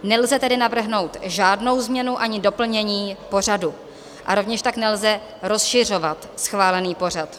Nelze navrhnout žádnou změnu ani doplnění pořadu a rovněž tak nelze rozšiřovat schválený pořad.